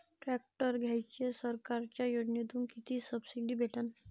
Tractor घ्यायले सरकारच्या योजनेतून किती सबसिडी भेटन?